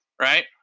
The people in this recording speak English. Right